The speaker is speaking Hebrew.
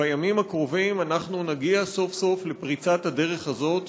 שבימים הקרובים נגיע סוף-סוף לפריצת הדרך הזאת